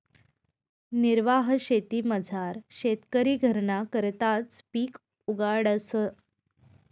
निर्वाह शेतीमझार शेतकरी घरना करताच पिक उगाडस